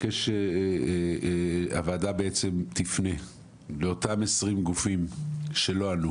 הוועדה תפנה לאותם 20 גופים שלא ענו